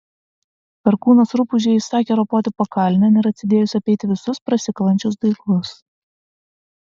perkūnas rupūžei įsakė ropoti pakalnėn ir atsidėjus apeiti visus prasikalančius daigus